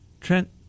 Trent